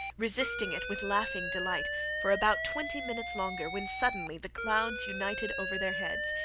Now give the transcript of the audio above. resisting it with laughing delight for about twenty minutes longer, when suddenly the clouds united over their heads,